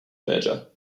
merger